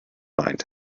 mind